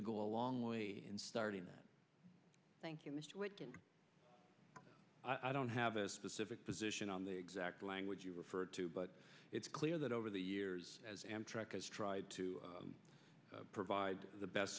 to go a long way in starting that thank you i don't have a specific position on the exact language you referred to but it's clear that over the years as amtrak has tried to provide the best